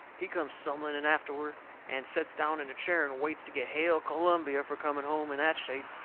he comes stumbling in afterward and sets down in a chair and waits to get hail columbia for coming home in that shape,